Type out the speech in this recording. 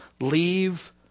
leave